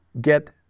get